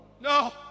no